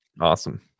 Awesome